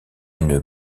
une